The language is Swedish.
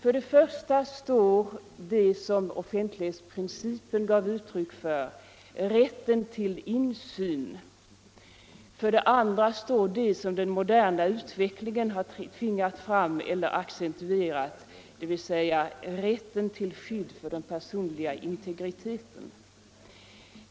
Å ena sidan står det intresse som offentlighetsprincipen gav uttryck för, nämligen rätten till insyn. Å andra sidan står det intresse som den moderna utvecklingen har tvingat fram eller accentuerat, dvs. rätten till skydd för den personliga integriteten.